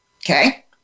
Okay